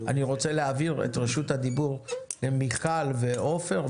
אני רוצה להעביר את רשות הדיבור למיכל ועופר,